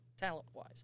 talent-wise